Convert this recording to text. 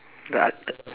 the